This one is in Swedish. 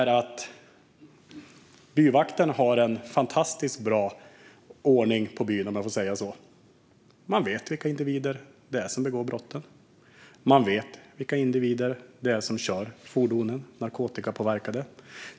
Byvakten har en fantastiskt bra ordning på byn, om jag får säga så. Man vet vilka individer det är som begår brotten, och man vet vilka individer det är som kör fordon narkotikapåverkade.